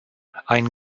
ein